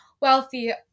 wealthy